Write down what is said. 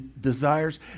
desires